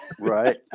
Right